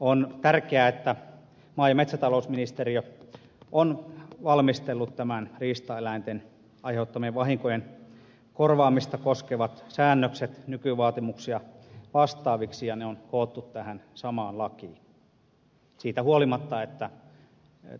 on tärkeää että maa ja metsätalousministeriö on valmistellut nämä riistaeläinten aiheuttamien vahinkojen korvaamista koskevat säännökset nykyvaatimuksia vastaaviksi ja ne on koottu tähän samaan lakiin siitä huolimatta että